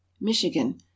michigan